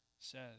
says